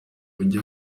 ujye